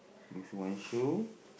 with one shoe